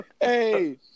Hey